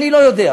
אני לא יודע,